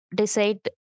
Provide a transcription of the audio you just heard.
decide